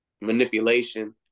manipulation